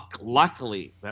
Luckily